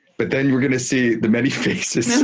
but then we're going to see the many faces